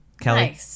Kelly